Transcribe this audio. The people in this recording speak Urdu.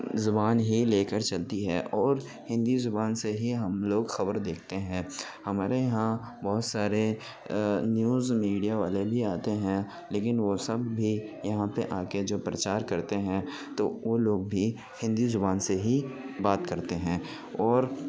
زبان ہی لے کر چلتی ہے اور ہندی زبان سے ہی ہم لوگ خبر دیکھتے ہیں ہمارے یہاں بہت سارے نیوز میڈیا والے بھی آتے ہیں لیکن وہ سب بھی یہاں پہ آ کے جو پرچار کرتے ہیں تو وہ لوگ بھی ہندی زبان سے ہی بات کرتے ہیں اور